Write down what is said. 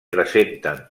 presenten